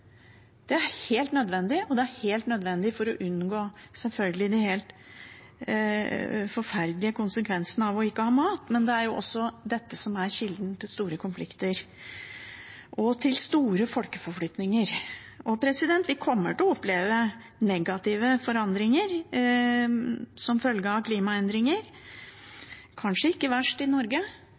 Det er helt nødvendig. Det er selvfølgelig helt nødvendig for å unngå de helt forferdelige konsekvensene av ikke å ha mat, men det er også dette som er kilden til store konflikter og store folkeforflytninger. Vi kommer til å oppleve negative forandringer som følge av klimaendringer. Det blir kanskje ikke verst i Norge,